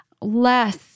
less